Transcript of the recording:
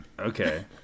okay